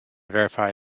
verify